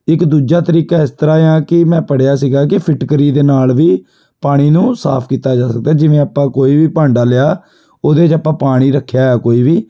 ਇੱਕ ਦੂਜਾ ਤਰੀਕਾ ਇਸ ਤਰ੍ਹਾਂ ਆ ਕਿ ਮੈਂ ਪੜ੍ਹਿਆ ਸੀਗਾ ਕਿ ਫਿਟਕਰੀ ਦੇ ਨਾਲ ਵੀ ਪਾਣੀ ਨੂੰ ਸਾਫ਼ ਕੀਤਾ ਜਾ ਸਕਦਾ ਹੈ ਜਿਵੇਂ ਆਪਾਂ ਕੋਈ ਵੀ ਭਾਂਡਾ ਲਿਆ ਉਹਦੇ 'ਚ ਆਪਾਂ ਪਾਣੀ ਰੱਖਿਆ ਹੈ ਕੋਈ ਵੀ